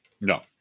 No